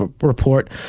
report